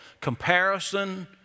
comparison